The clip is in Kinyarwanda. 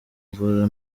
mvura